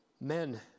Men